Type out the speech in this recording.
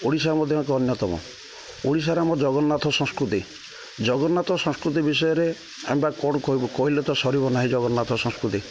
ଓଡ଼ିଶା ମଧ୍ୟ ଅନ୍ୟତମ ଓଡ଼ିଶାରେ ଆମ ଜଗନ୍ନାଥ ସଂସ୍କୃତି ଜଗନ୍ନାଥ ସଂସ୍କୃତି ବିଷୟରେ ଆମେ ବା କଣ କହିବୁ କହିଲେ ତ ସରିବ ନାହିଁ ଜଗନ୍ନାଥ ସଂସ୍କୃତି